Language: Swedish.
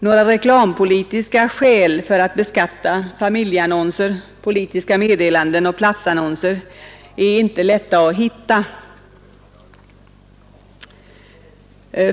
Några reklampolitiska skäl för att beskatta familje annonser, politiska meddelanden och platsannonser är inte lätta att hitta.